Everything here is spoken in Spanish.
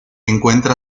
encuentra